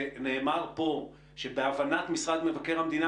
נאמר פה שבהבנת משרד מבקר המדינה,